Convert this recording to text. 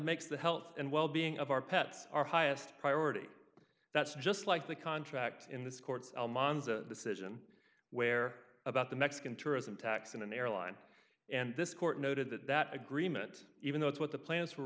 makes the health and well being of our pets our highest priority that's just like the contract in this court elmont the decision where about the mexican tourism tax in an airline and this court noted that that agreement even though it's what the plans